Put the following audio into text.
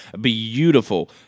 Beautiful